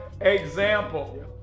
example